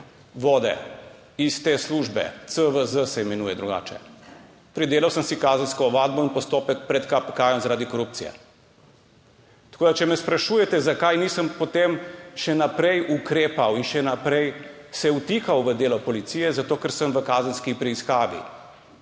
vode iz te službe, CVZ se sicer imenuje? Pridelal sem si kazensko ovadbo in postopek pred KPK zaradi korupcije. Tako da, če me sprašujete, zakaj nisem potem še naprej ukrepal in se še naprej vtikal v delo policije, zato ker sem v kazenski preiskavi,